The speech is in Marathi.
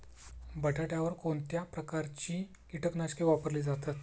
बटाट्यावर कोणत्या प्रकारची कीटकनाशके वापरली जातात?